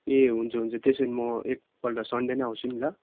ए हुन्छ हुन्छ त्यसो हो भने म एकपल्ट सन्डे नै आउँछु नि ल